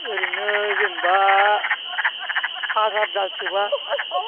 ओरैनो जेनेबा हाजार दालसोबा